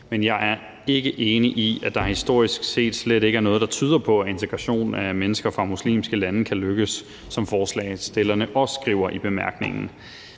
Men jeg er ikke enig i, at der historisk set slet ikke er noget, der tyder på, at integration af mennesker fra muslimske lande kan lykkes, som forslagsstillerne også skriver i bemærkningerne.